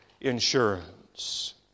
insurance